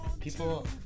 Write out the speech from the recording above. People